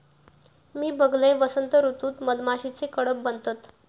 मी बघलंय, वसंत ऋतूत मधमाशीचे कळप बनतत